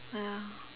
ya